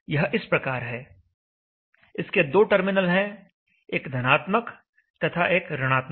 यह इस प्रकार है इसके दो टर्मिनल हैं एक धनात्मक तथा एक ऋणात्मक